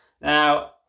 now